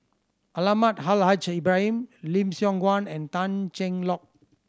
Almahdi Al Haj Ibrahim Lim Siong Guan and Tan Cheng Lock